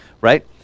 right